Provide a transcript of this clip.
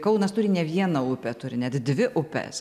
kaunas turi ne vieną upę turi net dvi upes